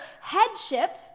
headship